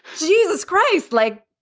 jesus christ. like,